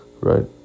Right